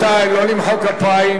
התשע"א 2011, נתקבל.